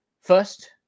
First